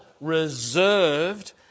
reserved